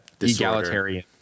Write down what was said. egalitarian